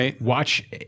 watch